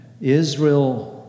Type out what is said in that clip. Israel